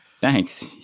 Thanks